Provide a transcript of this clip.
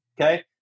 Okay